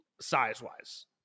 size-wise